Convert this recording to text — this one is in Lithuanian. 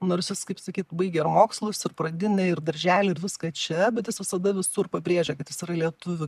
nors jis kaip sakyt baigė ir mokslus ir pradinę ir darželį ir viską čia bet jis visada visur pabrėžia kad jis yra lietuvių